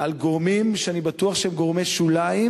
על גורמים, שאני בטוח שהם גורמי שוליים,